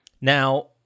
Now